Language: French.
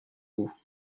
goût